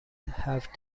have